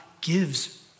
gives